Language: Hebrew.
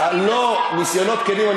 ניסיונות כנים,